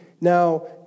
Now